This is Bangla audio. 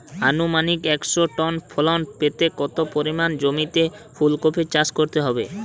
আনুমানিক একশো টন ফলন পেতে কত পরিমাণ জমিতে ফুলকপির চাষ করতে হবে?